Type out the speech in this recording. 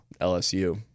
LSU